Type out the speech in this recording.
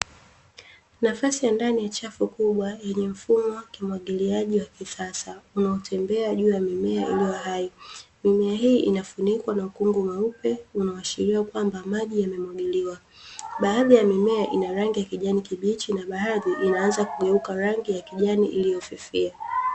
Nafasi ya ndani ya chafu kubwa yenye mfumo wa umwagiliaji wa kisasa unaotemea juu ya mimea iliyo hai, mimea hii inafunikwa na ukungu mweupe inayoashiria kwamba maji yamemwagiliwa. Baadhi ya mimea ina rangi ya kijani kibichi na baadhi inaanza kugeuka rangi ya kijani iliyofifia.